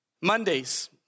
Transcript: Mondays